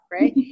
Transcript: right